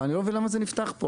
ואני לא מבין למה זה נפתח פה.